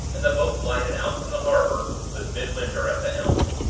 and the boat glided out from the harbor, with midwinter at the helm.